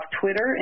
Twitter